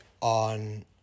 on